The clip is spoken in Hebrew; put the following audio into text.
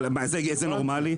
אבל זה נורמאלי?